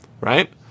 right